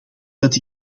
dat